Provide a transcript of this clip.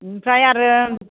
ओमफ्राय आरो